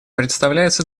представляется